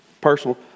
Personal